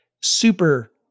super